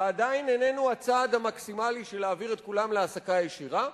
זה עדיין איננו הצעד המקסימלי של להעביר את כולם להעסקה ישירה,